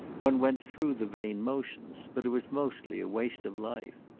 one went through the vain motions, but it was mostly a waste of life.